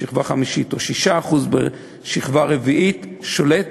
שכבה חמישית, או 6% בשכבה רביעית, שולט